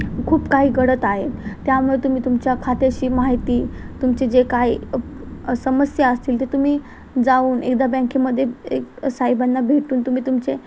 खूप काही घडत आहे त्यामुळे तुम्ही तुमच्या खात्याची माहिती तुमच्या ज्या काही समस्या असतील ते तुम्ही जाऊन एकदा बँकेमध्ये एक साहेबांना भेटून तुम्ही तुमचे